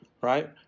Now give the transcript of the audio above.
right